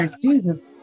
Jesus